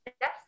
Yes